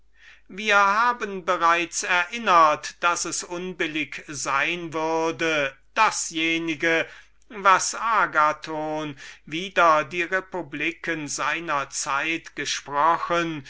wir bereits erinnert daß es unbillig sein würde dasjenige was agathon wider die republiken seiner zeit gesprochen